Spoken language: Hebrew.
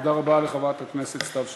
תודה רבה לחברת הכנסת סתיו שפיר.